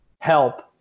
help